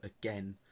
again